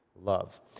love